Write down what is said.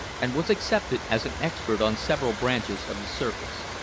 and was accepted as an expert on several branches of the service.